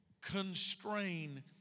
constrain